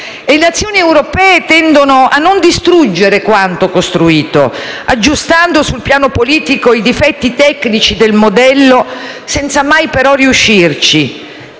Le Nazioni europee tendono a non distruggere quanto costruito, aggiustando sul piano politico i difetti tecnici del modello, senza mai però riuscire